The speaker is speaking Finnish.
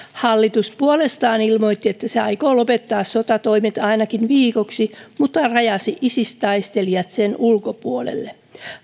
hallitus puolestaan ilmoitti että se aikoo lopettaa sotatoimet ainakin viikoksi mutta rajasi isis taistelijat sen ulkopuolelle